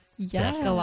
Yes